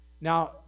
Now